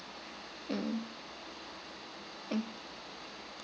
mm mm